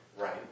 Right